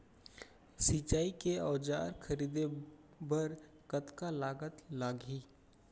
सिंचाई के औजार खरीदे बर कतका लागत लागही?